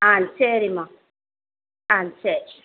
ஆ சரிம்மா ஆ சரி